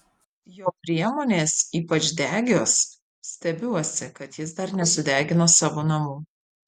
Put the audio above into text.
jo priemonės ypač degios stebiuosi kad jis dar nesudegino savo namų